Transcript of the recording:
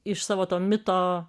iš savo to mito